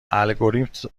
الگوریتم